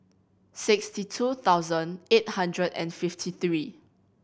sixty two thousand eight hundred and fifty three